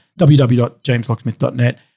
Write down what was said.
www.jameslocksmith.net